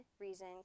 reason